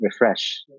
refresh